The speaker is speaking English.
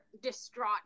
distraught